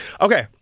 okay